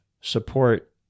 support